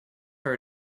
are